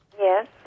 Yes